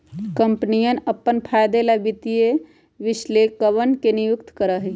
कम्पनियन अपन फायदे ला वित्तीय विश्लेषकवन के नियुक्ति करा हई